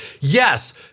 yes